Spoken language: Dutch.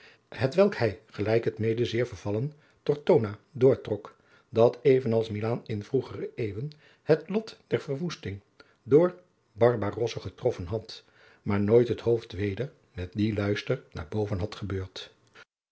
hetwelk hij gelijk het mede zeer vervallen tortona doortrok dat even als milaan in vroegere eeuwen het lot der verwoesting door barbarosse getroffen had maar nooit het hoofd weder met dien luister naar boven had gebeurd